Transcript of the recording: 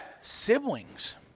Siblings